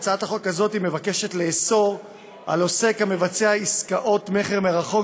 מבקשת לאסור על עוסק המבצע עסקאות מכר מרחוק